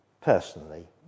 personally